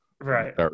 right